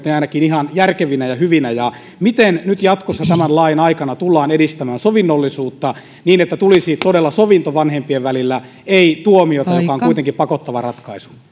ne ihan järkevinä ja hyvinä miten nyt jatkossa tämän lain aikana tullaan edistämään sovinnollisuutta niin että tulisi todella sovinto vanhempien välillä ei tuomiota joka on kuitenkin pakottava ratkaisu